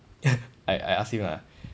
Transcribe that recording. I I asked him ah